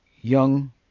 young